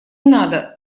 надо